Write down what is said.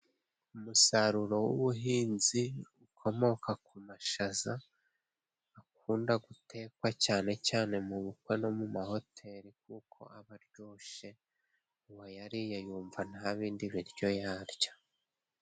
Umusaruro w'ubuhinzi ukomoka ku mashaza akunda gutekwa cyane cyane mu bukwe no mu mahoteli kuko abaryoshe uwayariye yumva nta bindi biryo yaryo.